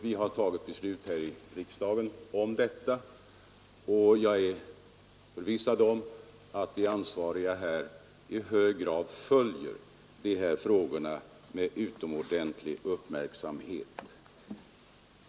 Vi har här i riksdagen fattat beslut om detta, och jag är förvissad om att de ansvariga följer dessa frågor med utomordentligt stor uppmärksamhet.